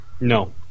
No